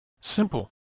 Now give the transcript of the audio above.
Simple